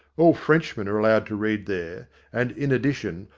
all frenchmen are allowed to read there and, in addition,